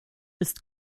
ist